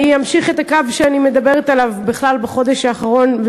אני אמשיך את הקו שאני מדברת עליו בכלל בחודש האחרון,